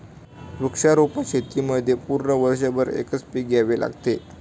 वृक्षारोपण शेतीमध्ये पूर्ण वर्षभर एकच पीक घ्यावे लागते